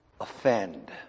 offend